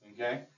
okay